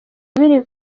biri